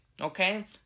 okay